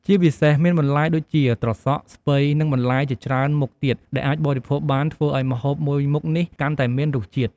ជាពិសេសមានបន្លែដូចជាត្រសក់ ស្ពៃ និងបន្លែជាច្រើនមុខទៀតដែលអាចបរិភោគបានធ្វើឱ្យម្ហូបមួយមុខនេះកាន់តែមានរសជាតិ។